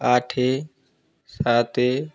ଆଠ ସାତ